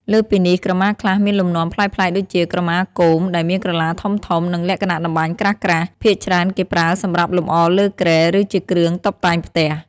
លើសពីនេះ ក្រមាខ្លះមានលំនាំប្លែកៗដូចជា ក្រមាគោម ដែលមានក្រឡាធំៗ និងលក្ខណៈតម្បាញក្រាស់ៗ ភាគច្រើនគេប្រើសម្រាប់លម្អលើគ្រែ ឬជាគ្រឿងតុបតែងផ្ទះ។